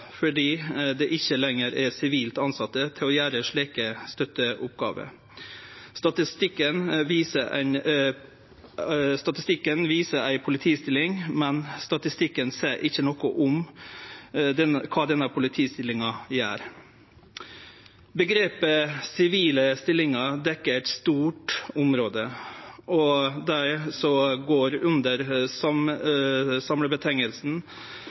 fordi det ikkje lenger er sivilt tilsette til å gjere slike støtteoppgåver. Statistikken viser ei politistilling, men seier ikkje noko om kva denne politistillinga gjer. Omgrepet «sivile stillingar» dekkjer eit stort område. Det som går under